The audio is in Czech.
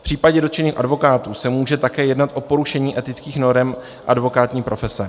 V případě dotčených advokátů se může také jednat o porušení etických norem advokátní profese.